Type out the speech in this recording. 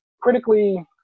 critically